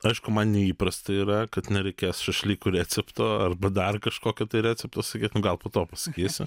aišku man neįprasta yra kad nereikės šašlykų recepto arba dar kažkokio tai recepto sakyt nu gal po to pasakysiu